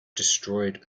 destroyed